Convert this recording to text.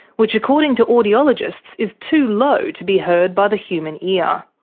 which according to audiologists is too low to be heard by the human ear.